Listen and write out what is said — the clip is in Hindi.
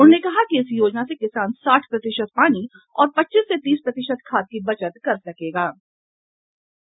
उन्होंने कहा कि इस योजना से किसान साठ प्रतिशत पानी और पच्चीस से तीस प्रतिशत खाद की बचत कर सकेंगे